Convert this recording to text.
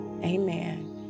amen